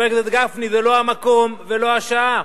חבר הכנסת גפני, זה לא המקום ולא השעה.